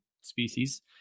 species